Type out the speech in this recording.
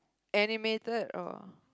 animated or